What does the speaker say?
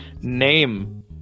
name